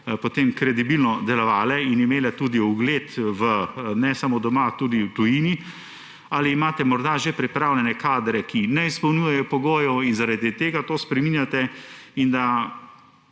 potem kredibilno delovale in imele tudi ugled ne samo doma, tudi v tujini, ali imate morda že pripravljene kadre, ki ne izpolnjujejo pogojev in zaradi tega to spreminjate, ali pa